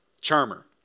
charmer